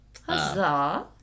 Huzzah